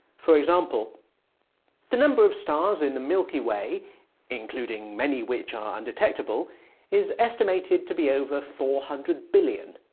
for example the number of stars in the milky way including many which are undetectable is estimated to be over four hundred billion